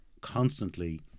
constantly